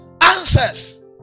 answers